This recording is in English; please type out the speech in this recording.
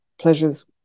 pleasures